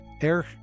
Air